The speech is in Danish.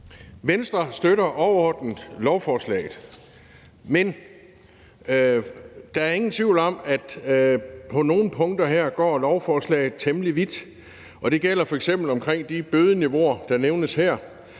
Venstre støtter overordnet lovforslaget, men der er ingen tvivl om, at lovforslaget på nogle punkter her går temmelig vidt, og det gælder f.eks. de bødeniveauer, der nævnes. Der